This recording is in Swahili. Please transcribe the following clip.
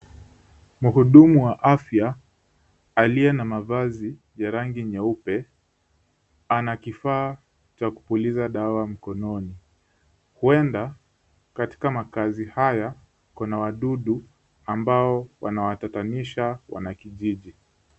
Mhudumu wa afya aliye na mavazi ya rangi nyeupe, ana kifaa cha kupuliza dawa mkononi huenda katika makaazi haya kuna wadudu ambao wanawatatanisha wanakijiji.